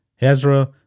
Ezra